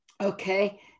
okay